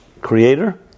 Creator